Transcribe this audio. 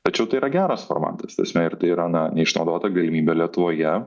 tačiau tai yra geras formatas ta prasme ir tai yra na neišnaudota galimybė lietuvoje